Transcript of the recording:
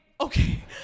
okay